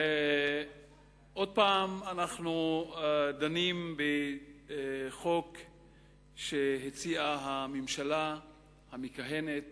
עוד פעם אנחנו דנים בחוק שהציעה הממשלה המכהנת